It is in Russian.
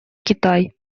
китай